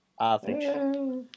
Average